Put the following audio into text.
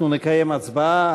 אנחנו נקיים הצבעה.